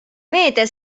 meedia